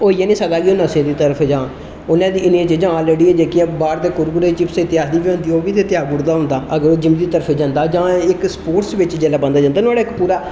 होई के नी सकदा कि ओह् नशे दी तरफ जा उन्नै इन्नियां चीजां आलरडी जेहकियां बाहर दे कुरकुरे चिप्स इत्यादि बी होदीं ओह् बी ते त्यागी उड़े दा हुंदा अगर ओह् जिम दी तरफ जंदा या इक स्पोर्ट्स बिच जेल्लै बंदा जंदा नुआढ़ा इक इक पूरा